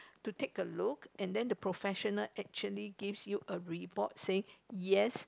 to take a look and then the professional actually gives you a report say yes